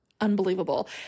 unbelievable